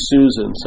Susan